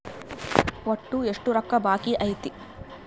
ಒಟ್ಟು ಎಷ್ಟು ರೊಕ್ಕ ಬಾಕಿ ಐತಿ?